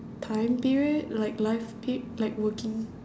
time period like life pe~ like working